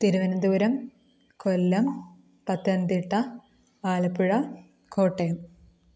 Thiruvananthapuram Kollam Pathanamthitta Alappuzha Kottayam